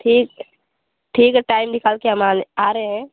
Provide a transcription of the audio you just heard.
ठीक ठीक है टाइम निकालकर हम आने आ रहे हैं